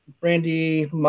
Brandy